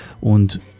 und